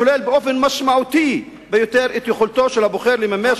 השולל באופן משמעותי ביותר את יכולתו של הבוחר לממש